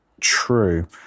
true